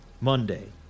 Monday